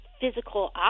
physical